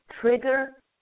trigger